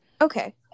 Okay